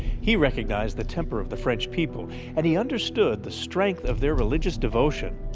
he recognized the temper of the french people and he understood the strength of their religious devotion.